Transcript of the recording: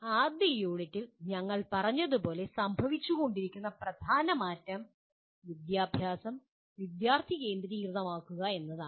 ആദ്യ യൂണിറ്റിൽ ഞങ്ങൾ പറഞ്ഞതുപോലെ സംഭവിച്ചുകൊണ്ടിരിക്കുന്ന പ്രധാന മാറ്റം വിദ്യാഭ്യാസം വിദ്യാർത്ഥികേന്ദ്രീകൃതമാക്കുക എന്നതാണ്